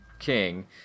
king